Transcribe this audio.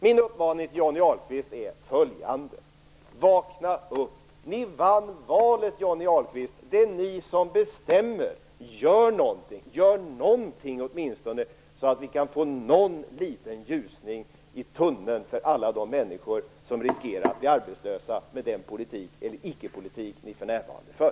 Min uppmaning till Johnny Ahlqvist är följande: Vakna upp! Ni vann valet, Johnny Ahlqvist. Det är ni som bestämmer! Gör någonting! Gör någonting, så att vi åtminstone kan få någon liten ljusning i tunneln för alla de människor som riskerar att bli arbetslösa med den politik - eller icke-politik - som ni för närvarande för.